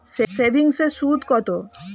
সেভিংসে সুদ কত?